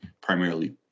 primarily